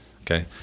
Okay